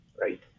right